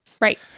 Right